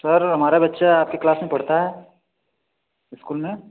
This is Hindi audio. सर हमारा बच्चा आपके क्लास में पढ़ता है इस्कूल में